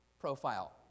profile